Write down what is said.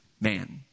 man